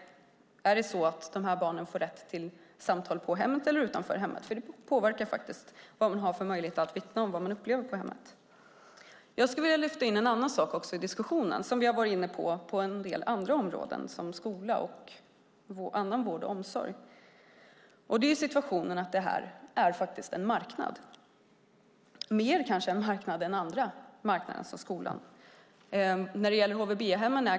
Får barnen rätt till samtal på hemmet eller utanför hemmet? Det påverkar ju möjligheten att vittna om vad man upplever på hemmet. Jag vill ta upp en annan sak som vi har varit inne på när det gäller en del andra områden som skola och annan vård och omsorg. Det här är faktiskt en marknad, kanske mer än andra marknader såsom skolan.